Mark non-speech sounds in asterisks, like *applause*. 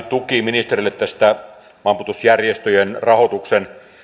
*unintelligible* tuki ministerille maanpuolustusjärjestöjen rahoituksen